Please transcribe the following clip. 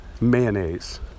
mayonnaise